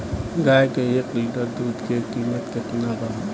गाय के एक लीटर दुध के कीमत केतना बा?